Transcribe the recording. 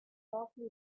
lovely